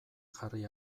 jarri